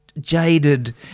jaded